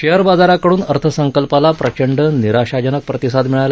share बाजाराकडून अर्थसंकल्पाला प्रचंड निराशाजनक प्रतिसाद मिळाला